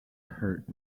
hurt